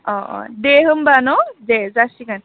अ अ अ दे होमब्ला न दे जासिगोन